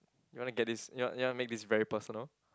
you want to get this you want you want to make this very personal